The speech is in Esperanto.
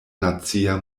nacia